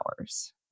hours